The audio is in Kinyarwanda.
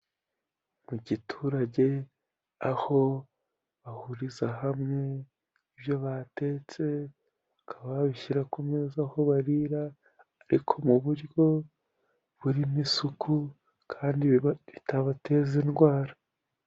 Mu giturage aho bahuriza hamwe ibyo batetse, bakaba ba bishyira ku meza aho barira ariko mu buryo burimo isuku kandi bitabateza indwara.